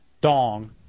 dong